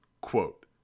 Quote